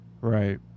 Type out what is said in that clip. Right